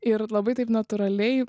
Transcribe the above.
ir labai taip natūraliai